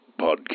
podcast